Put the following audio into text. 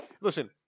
Listen